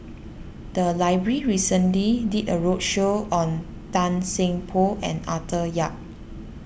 the library recently did a roadshow on Tan Seng Poh and Arthur Yap